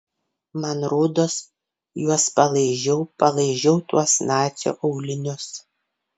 man rodos juos palaižiau palaižiau tuos nacio aulinius